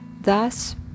thus